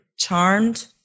charmed